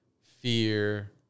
fear